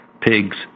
pigs